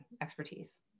expertise